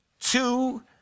two